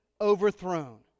overthrown